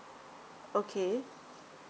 okay